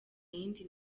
yindi